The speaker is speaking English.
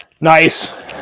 Nice